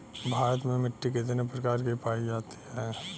भारत में मिट्टी कितने प्रकार की पाई जाती हैं?